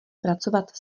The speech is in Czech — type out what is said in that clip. pracovat